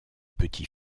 petit